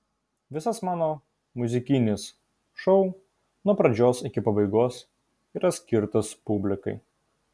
visas mano muzikinis šou nuo pradžios iki pabaigos yra skirtas publikai